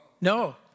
No